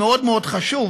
מאוד מאוד חשוב,